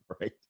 right